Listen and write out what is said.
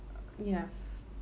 ya